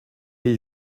est